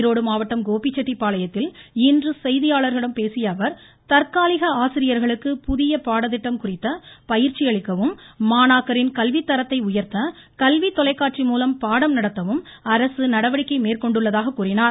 ஈரோடு மாவட்டம் கோபிச்செட்டிப்பாளையத்தில் இன்று செய்தியாளர்களிடம் பேசியஅவர் தற்காலிக ஆசிரியர்களுக்கு புதிய பாடத்திட்டம் குறித்த பயிற்சி அளிக்கவும் மாணாக்கரின் கல்வி தரத்தை உயர்த்த கல்வி தொலைக்காட்சிமூலம் பாடம் நடத்தவும் அரசு நடவடிக்கை மேற்கொண்டுள்ளதாக கூறினார்